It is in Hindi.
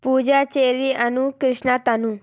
पूजा चेरी अनु कृष्ण तनु